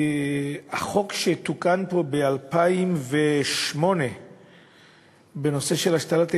החוק שתוקן פה ב-2008 בנושא של השתלת איברים,